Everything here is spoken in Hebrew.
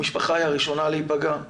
המשפחה היא הראשונה להיפגע,